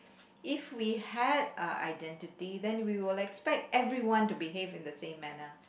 if we had a identity then we would expect everyone to behave in the same manner